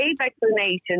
explanations